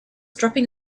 dropping